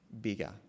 bigger